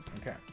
Okay